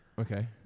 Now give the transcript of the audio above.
Okay